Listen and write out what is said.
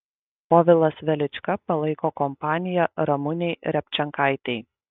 povilas velička palaiko kompaniją ramunei repčenkaitei